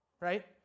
right